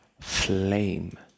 Flame